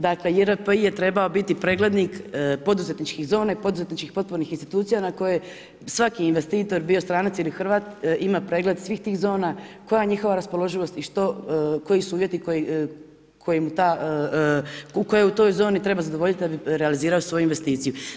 Dakle, JRPI je trebao biti preglednik poduzetničkih zona i poduzetničkih potpornih institucija na koje svaki investitor bio stranac ili Hrvat ima pregled svih tih zona, koja je njihova raspoloživost i što, koji su uvjeti koje u toj zoni treba zadovoljiti da bi realizirao svoju investiciju.